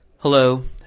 Hello